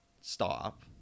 stop